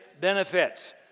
benefits